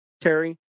Terry